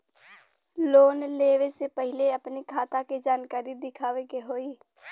Loan लेवे से पहिले अपने खाता के जानकारी दिखावे के होई?